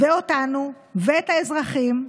ואותנו, את האזרחים.